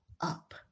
up